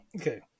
Okay